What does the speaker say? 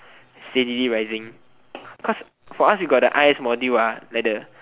steadily rising cause for us we got the i_s module ah like the